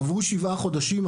עברו שבעה חודשים,